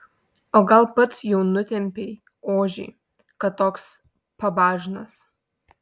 o gal pats jau nutempei ožį kad toks pabažnas